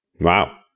Wow